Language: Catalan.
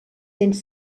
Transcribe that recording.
cents